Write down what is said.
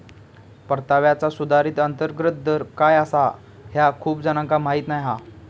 परताव्याचा सुधारित अंतर्गत दर काय आसा ह्या खूप जणांका माहीत नाय हा